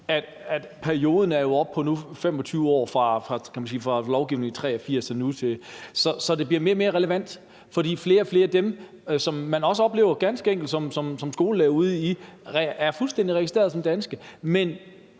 at perioden nu er oppe på 25 år fra lovgivningen i 1983 og til nu. Så det bliver mere og mere relevant, for flere og flere af dem, som man som skolelærer ganske enkelt oplever udeomkring, er registreret fuldstændig som danske, men